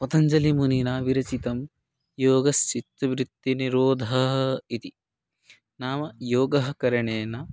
पतञ्जलिमुनिना विरचितं योगश्चित्तवृत्तिनिरोधः इति नाम योगकरणेन